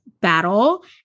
battle